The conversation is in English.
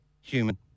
human